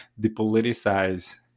depoliticize